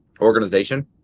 organization